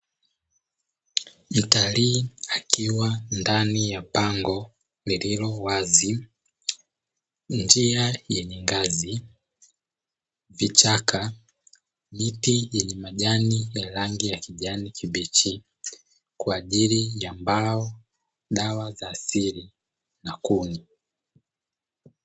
Mtalii akiwa ndani ya pango lililo wazi; njia yenye ngazi, vichaka, miti yenye majani ya rangi ya kijani kibichi kwa ajili ya mbao dawa za siri na kuni.